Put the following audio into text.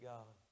God